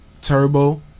Turbo